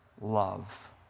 love